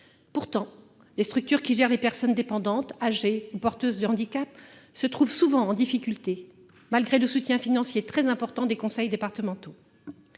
Pourtant, les structures qui gèrent les personnes dépendantes, âgées ou porteuses de handicap se trouvent souvent en difficulté, malgré le soutien financier très important des conseils départementaux.